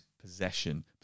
possession